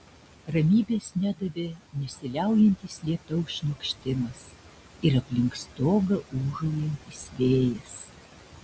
ramybės nedavė nesiliaujantis lietaus šniokštimas ir aplink stogą ūžaujantis vėjas